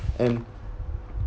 and